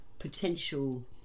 potential